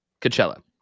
Coachella